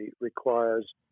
requires